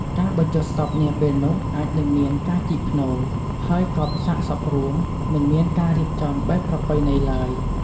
ការបញ្ចុះសពនាពេលនោះអាចនឹង មានការជីកផ្នូរ ហើយកប់សាកសពរួម មិនមានការរៀបចំបែបប្រពៃណីឡើយ។